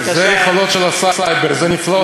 אלה היכולות של הסייבר, זה נפלאות הסייבר.